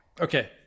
okay